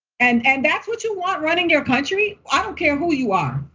and and that's what you want running your country? i don't care who you are,